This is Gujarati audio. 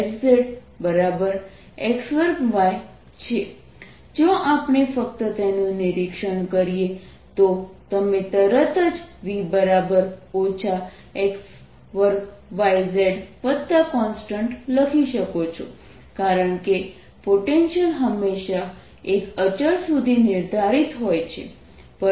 F2xyzix2zjx2yk ∂V∂xFx2xyz ∂V∂yFyx2z ∂V∂z Fzx2y જો આપણે ફક્ત તેનું નિરીક્ષણ કરીએ તો તમે તરત જ V x2yzconstant લખી શકો છો કારણ કે પોટેન્શિયલ હંમેશાં એક અચળ સુધી નિર્ધારિત હોય છે